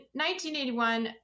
1981